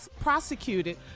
prosecuted